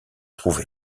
trouvé